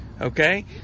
okay